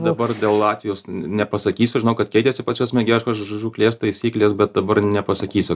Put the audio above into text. dabar dėl latvijos nepasakysiu žinau kad keitėsi pas juos mėgėjiškos ž žūklės taisyklės bet dabar nepasakysiu